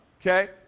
okay